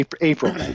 April